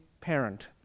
parent